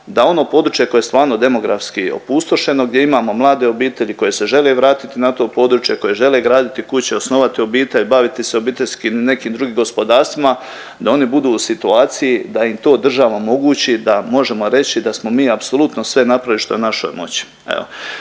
da ono područje koje je stvarno demografski opustošeno, gdje imamo mlade obitelji koje se žele vratiti na to područje, koje žele graditi kuće, osnovati obitelj, baviti se obiteljskim, nekim drugim gospodarstvima, da oni budu u situaciji da im to država omogući da možemo reći da smo mi apsolutno sve napravili što je u našoj moći.